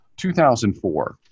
2004